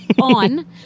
on